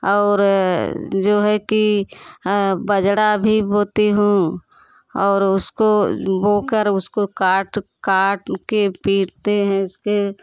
और जो है कि बाजरा भी बोती हूँ और उसको बोकर उसको काट काट के पीटते हैं इसके